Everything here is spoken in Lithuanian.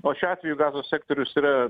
o šiuo atveju gazos sektorius yra